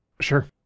Sure